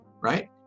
right